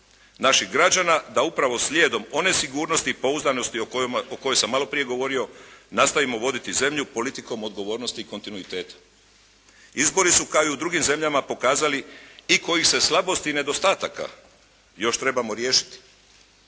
naših građana da upravo slijedom one sigurnosti i pouzdanosti o kojoj sam maloprije govorio nastavimo voditi zemlju politikom odgovornosti i kontinuiteta. Izbori su kao i u drugim zemljama pokazali i kojih se slabosti i nedostataka još trebamo riješiti.